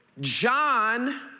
John